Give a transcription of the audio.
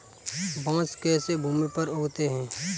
बांस कैसे भूमि पर उगते हैं?